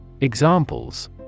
Examples